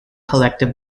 collective